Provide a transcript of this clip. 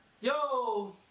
Yo